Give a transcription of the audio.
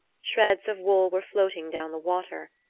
shreds of wool were floating down the water.